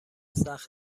سخت